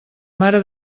mare